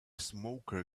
smoker